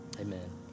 amen